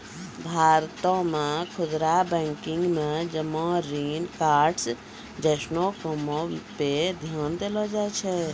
भारतो मे खुदरा बैंकिंग मे जमा ऋण कार्ड्स जैसनो कामो पे ध्यान देलो जाय छै